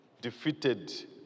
defeated